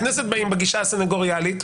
שבאים בגישה הסניגוריאלית.